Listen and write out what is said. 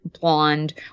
blonde